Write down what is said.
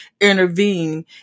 intervene